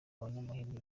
abanyamahirwe